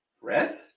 Red